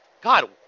God